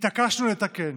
התעקשנו לתקן,